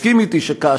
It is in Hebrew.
תסכים איתי שכאשר